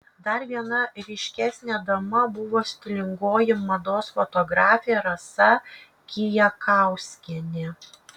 dar viena ryškesnė dama buvo stilingoji mados fotografė rasa kijakauskienė